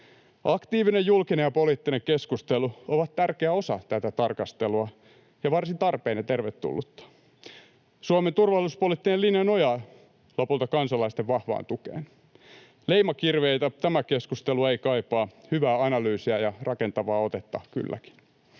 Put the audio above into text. Aktiivinen julkinen ja poliittinen keskustelu ovat tärkeä osa tätä tarkastelua ja varsin tarpeen ja tervetullutta. Suomen turvallisuuspoliittinen linja nojaa lopulta kansalaisten vahvaan tukeen. Leimakirveitä tämä keskustelu ei kaipaa, hyvää analyysiä ja rakentavaa otetta kylläkin.